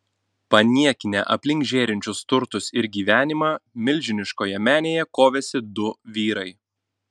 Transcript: paniekinę aplink žėrinčius turtus ir gyvenimą milžiniškoje menėje kovėsi du vyrai